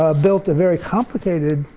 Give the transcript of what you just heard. ah built a very complicated,